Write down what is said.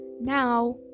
Now